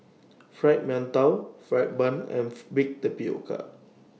Fried mantou Fried Bun and Baked Tapioca